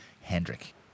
Hendrick